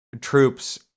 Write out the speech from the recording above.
troops